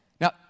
Now